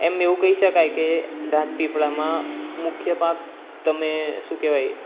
એમ એવું કહી શકાય કે રાજપીપળામાં મુખ્ય પાક તમે શું કહેવાય